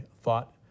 thought